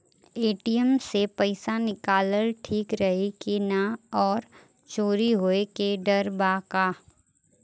ATM से पईसा निकालल ठीक रही की ना और चोरी होये के डर बा का?